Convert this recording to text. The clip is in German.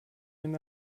nimm